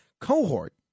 cohort